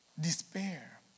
despair